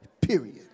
period